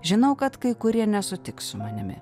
žinau kad kai kurie nesutiks su manimi